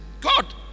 God